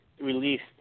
released